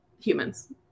humans